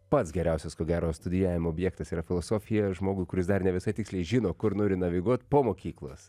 pats geriausias ko gero studijavimo objektas yra filosofija žmogui kuris dar ne visai tiksliai žino kur nori naviguot po mokyklos